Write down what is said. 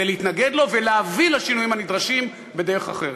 להתנגד לו ולהביא לשינויים הנדרשים בדרך אחרת.